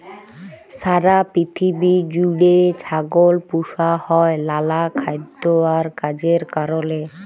সারা পিথিবী জুইড়ে ছাগল পুসা হ্যয় লালা খাইদ্য আর কাজের কারলে